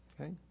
okay